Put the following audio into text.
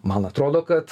man atrodo kad